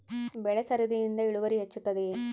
ಬೆಳೆ ಸರದಿಯಿಂದ ಇಳುವರಿ ಹೆಚ್ಚುತ್ತದೆಯೇ?